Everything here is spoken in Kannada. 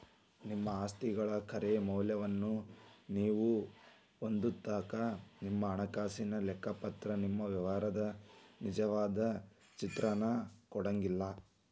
ನಿಮ್ಮ ಆಸ್ತಿಗಳ ಖರೆ ಮೌಲ್ಯವನ್ನ ನೇವು ಹೊಂದೊತನಕಾ ನಿಮ್ಮ ಹಣಕಾಸಿನ ಲೆಕ್ಕಪತ್ರವ ನಿಮ್ಮ ವ್ಯವಹಾರದ ನಿಜವಾದ ಚಿತ್ರಾನ ಕೊಡಂಗಿಲ್ಲಾ